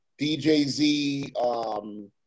DJZ